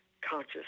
conscious